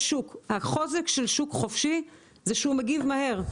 יש שוק והחוזק של שוק חופשי זה שהוא מגיב מהר.